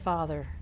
Father